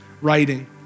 writing